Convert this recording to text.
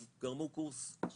סיימו קורס.